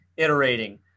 Iterating